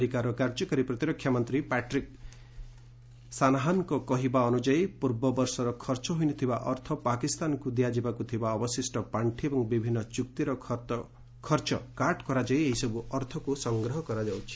ଆମେରିକାର କାର୍ଯ୍ୟକାରୀ ପ୍ରତିରକ୍ଷା ମନ୍ତ୍ରୀ ପାଟ୍ରିକ୍ ସାନାହାନ୍ଙ୍କ କହିବା ଅନୁଯାୟୀ ପୂର୍ବ ବର୍ଷର ଖର୍ଚ୍ଚ ହୋଇ ନ ଥିବା ଅର୍ଥ ପାକିସ୍ତାନକୁ ଦିଆଯିବାକୁ ଥିବା ଅବଶିଷ୍ଟ ପାର୍ଶି ଏବଂ ବିଭିନ୍ନ ଚୁକ୍ତିର ଖର୍ଚ୍ଚ କାଟ୍ କରାଯାଇ ଏହିସବୁ ଅର୍ଥକୁ ସଂଗ୍ରହ କରାଯାଉଛି